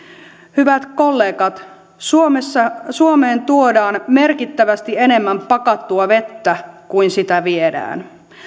hyvät kollegat suomeen tuodaan merkittävästi enemmän pakattua vettä kuin sitä viedään